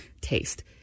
taste